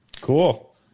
Cool